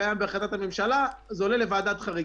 קיים בהחלטת הממשלה זה עולה לוועדת חריגים.